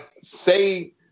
say